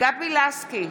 גבי לסקי,